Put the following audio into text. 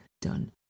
done